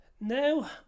now